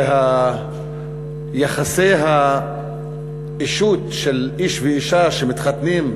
שיחסי האישות של איש ואישה שמתחתנים,